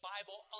Bible